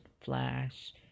Flash